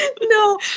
No